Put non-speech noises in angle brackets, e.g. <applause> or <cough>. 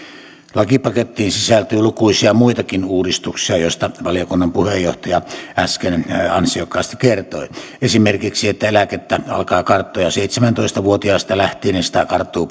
lakipakettiin sisältyy lukuisia muitakin uudistuksia joista valiokunnan puheenjohtaja äsken ansiokkaasti kertoi esimerkiksi eläkettä alkaa karttua jo seitsemäntoista vuotiaasta lähtien ja sitä karttuu <unintelligible>